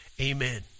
Amen